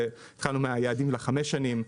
והתחלנו מהיעדים לחמש שנים,